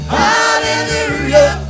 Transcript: hallelujah